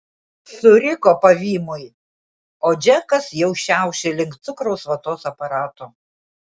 suriko pavymui o džekas jau šiaušė link cukraus vatos aparato